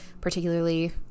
particularly